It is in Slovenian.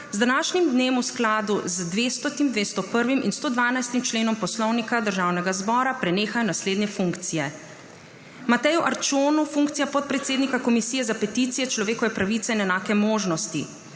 z današnjim dnem v skladu z 200., 201. in 112. členom Poslovnika Državnega zbora prenehajo naslednje funkcije: Mateju Arčonu funkcija podpredsednika Komisije za peticije, človekove pravice in enake možnosti;